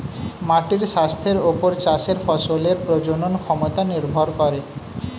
মাটির স্বাস্থ্যের ওপর চাষের ফসলের প্রজনন ক্ষমতা নির্ভর করে